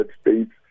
States